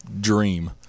dream